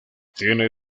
tiene